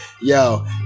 Yo